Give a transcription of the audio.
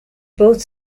both